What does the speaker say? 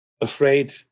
afraid